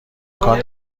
امکان